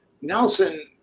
Nelson